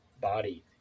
body